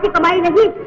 but reminded me.